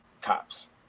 cops